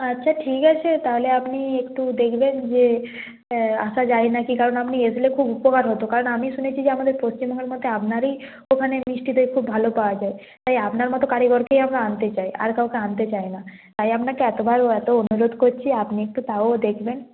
আচ্ছা ঠিক আছে তাহলে আপনি একটু দেখবেন যে আসা যায় না কি কারণ আপনি এসলে খুব উপকার হত কারণ আমি শুনেছি যে আমাদের পশ্চিমবঙ্গের মধ্যে আপনারই দোকানের মিষ্টি দই খুব ভালো পাওয়া যায় তাই আপনার মত কারিগরকেই আমরা আনতে চাই আর কাউকে আনতে চাই না তাই আপনাকে এতবার ও এত অনুরোধ করছি আপনি একটু তাও দেখবেন